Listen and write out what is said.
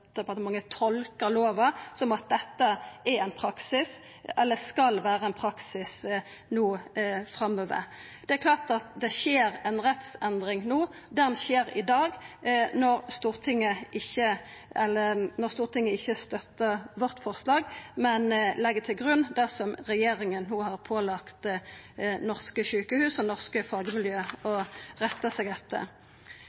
lova som at dette er ein praksis, eller skal vera ein praksis framover. Det er klart at no skjer det ei rettsendring, den skjer i dag når Stortinget ikkje støttar forslaget vårt, men legg til grunn det som regjeringa no har pålagt norske sjukehus og norske fagmiljø å